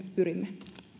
pyrimme